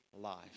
life